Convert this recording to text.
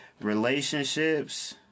relationships